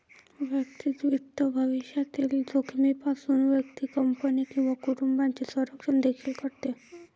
वैयक्तिक वित्त भविष्यातील जोखमीपासून व्यक्ती, कंपनी किंवा कुटुंबाचे संरक्षण देखील करते